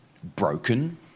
Broken